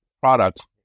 product